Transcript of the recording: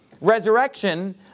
resurrection